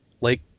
Lake